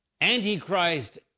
Antichrist